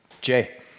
Jay